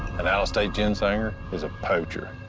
an out-of-state ginsenger is a poacher,